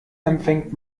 empfängt